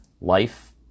life